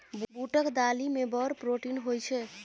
बूटक दालि मे बड़ प्रोटीन होए छै